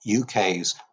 UK's